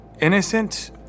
innocent